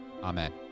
Amen